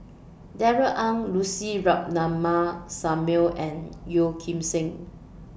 Darrell Ang Lucy Ratnammah Samuel and Yeoh Ghim Seng